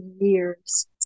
years